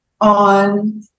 on